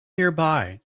nearby